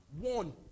one